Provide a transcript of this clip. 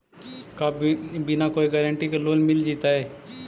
का बिना कोई गारंटी के लोन मिल जीईतै?